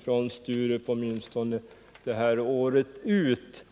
från Sturup åtminstone det här året ut.